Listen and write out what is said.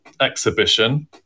exhibition